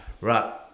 right